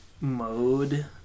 mode